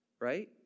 right